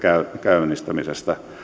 käynnistämisestä